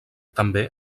també